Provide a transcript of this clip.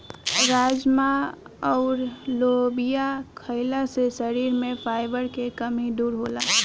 राजमा अउर लोबिया खईला से शरीर में फाइबर के कमी दूर होला